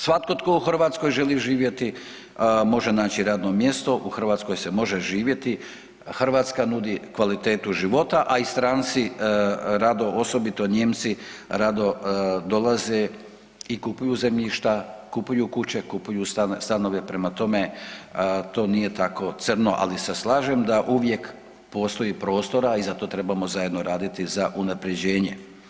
Svatko tko u Hrvatskoj želi živjeti može naći radno mjesto, u Hrvatskoj se može živjeti, Hrvatska nudi kvalitetu života, a i stranci rado osobito Nijemci rado dolaze i kupuju zemljišta, kupuju kuće, kupuju stanove prema tome to nije tako crno, ali se slažem da uvijek postoji prostora i zato trebamo zajedno raditi za unapređenje.